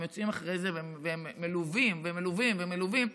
יוצאים אחרי זה והם מלווים ומלווים ומלווים.